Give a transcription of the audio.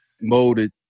molded